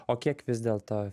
o kiek vis dėlto